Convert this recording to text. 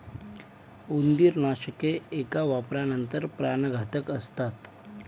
उंदीरनाशके एका वापरानंतर प्राणघातक असतात